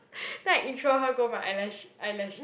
then I intro her go my eyelash eyelash